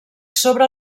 sobre